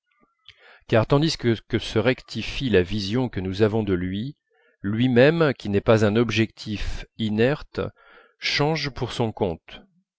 car tandis que se rectifie la vision que nous avons de lui lui-même qui n'est pas un objectif inerte change pour son compte